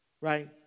Right